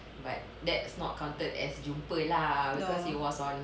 no